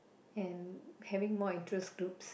and having more interest groups